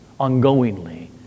ongoingly